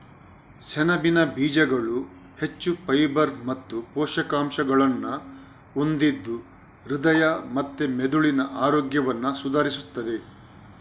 ಸೆಣಬಿನ ಬೀಜಗಳು ಹೆಚ್ಚು ಫೈಬರ್ ಮತ್ತು ಪೋಷಕಾಂಶಗಳನ್ನ ಹೊಂದಿದ್ದು ಹೃದಯ ಮತ್ತೆ ಮೆದುಳಿನ ಆರೋಗ್ಯವನ್ನ ಸುಧಾರಿಸ್ತದೆ